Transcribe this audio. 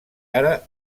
ara